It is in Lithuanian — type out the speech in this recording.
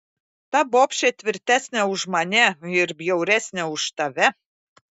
ta bobšė tvirtesnė už mane ir bjauresnė už tave